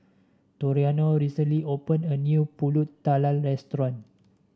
Toriano recently opened a new pulut tatal restaurant